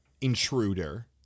intruder